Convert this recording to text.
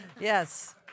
Yes